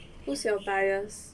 who's your bias